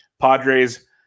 Padres –